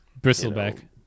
Bristleback